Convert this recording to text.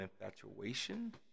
infatuation